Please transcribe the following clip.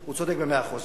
הוא צודק במאה אחוז,